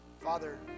Father